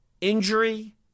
injury